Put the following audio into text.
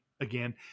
again